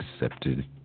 accepted